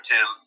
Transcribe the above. Tim